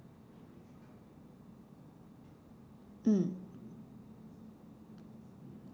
mm